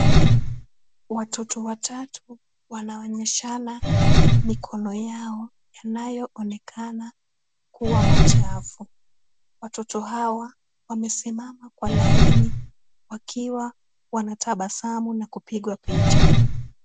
Watoto watatu wanaonyeshana mikono yao yanayo onekana kuwa machafu. Watoto hawa wamesimama kwa line , wakiwa wanatabasamu na kupigwa picha.